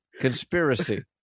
conspiracy